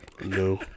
No